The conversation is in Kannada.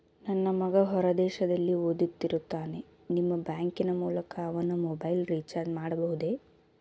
ನನ್ನ ಮಗ ಹೊರ ದೇಶದಲ್ಲಿ ಓದುತ್ತಿರುತ್ತಾನೆ ನಿಮ್ಮ ಬ್ಯಾಂಕಿನ ಮೂಲಕ ಅವನ ಮೊಬೈಲ್ ರಿಚಾರ್ಜ್ ಮಾಡಬಹುದೇ?